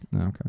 Okay